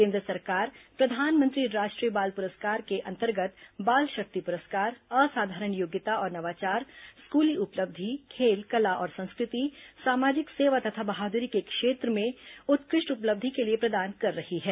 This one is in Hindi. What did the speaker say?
केन्द्र सरकार प्रधानमंत्री राष्ट्रीय बाल पुरस्कार के अंतर्गत बाल शक्ति पुरस्कार असाधारण योग्यता और नवाचार स्कूली उपलब्धि खेल कला और संस्कृति सामाजिक सेवा तथा बहादुरी के क्षेत्र में उत्कृष्ट उपलब्धि के लिए प्रदान कर रही है